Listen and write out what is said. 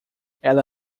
ela